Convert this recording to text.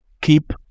keep